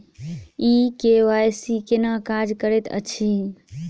ई KYC केना काज करैत अछि?